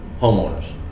homeowners